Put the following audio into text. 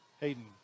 Hayden